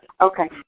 Okay